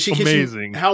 amazing